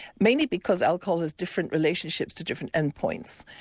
mainly because alcohol has different relationships to different end points.